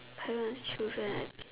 how many children